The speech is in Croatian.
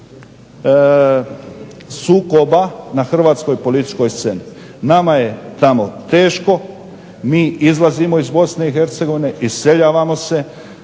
sukoba na hrvatskoj političkoj sceni. Nama je tamo teško. Mi izlazimo iz Bosne i Hercegovine, iseljavamo se.